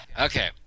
Okay